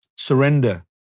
Surrender